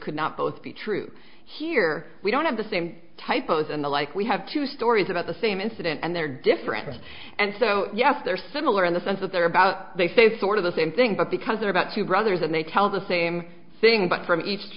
could not both be true here we don't have the same typos and the like we have two stories about the same incident and they're different and so yes they're similar in the sense that they're about they say sort of the same thing but because they're about two brothers and they tell the same thing but from each